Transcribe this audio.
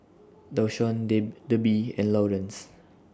Dashawn Debi and Laurence